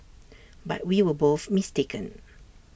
but we were both mistaken